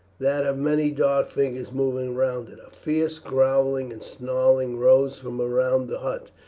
that of many dark figures moving round it. a fierce growling and snarling rose from around the hut,